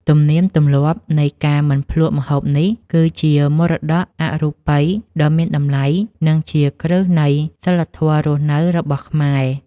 ទំនៀមទម្លាប់នៃការមិនភ្លក្សម្ហូបនេះ គឺជាមរតកអរូបីដ៏មានតម្លៃ និងជាគ្រឹះនៃសីលធម៌រស់នៅរបស់ខ្មែរ។